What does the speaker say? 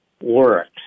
works